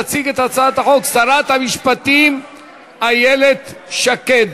תציג את הצעת החוק שרת המשפטים איילת שקד.